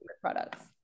products